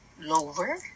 lower